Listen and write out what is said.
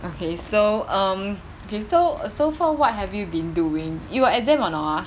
okay so um okay so so far what have you been doing you got exam or not ah